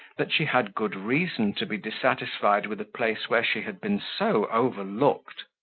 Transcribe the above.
that she had good reason to be dissatisfied with a place where she had been so overlooked